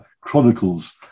chronicles